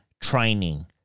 training